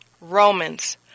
Romans